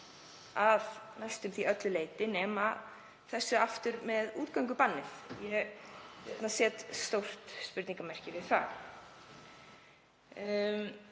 að næstum því öllu leyti nema þessu með útgöngubannið. Ég set stórt spurningarmerki við það.